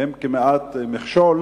הם כמעט מכשול,